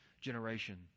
generation